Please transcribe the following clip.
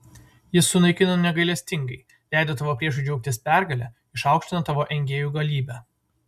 jis sunaikino negailestingai leido tavo priešui džiaugtis pergale išaukštino tavo engėjų galybę